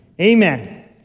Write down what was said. Amen